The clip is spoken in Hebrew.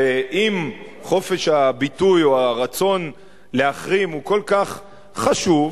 הרי אם חופש הביטוי או הרצון להחרים הוא כל כך חשוב,